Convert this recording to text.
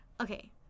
Okay